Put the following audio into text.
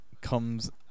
comes